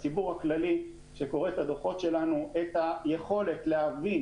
הציבור הכללי שקורא את הדוחות שלנו את היכולת להבין